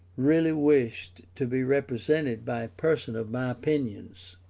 really wished to be represented by a person of my opinions